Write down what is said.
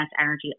energy